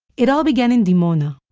it all began in dimona,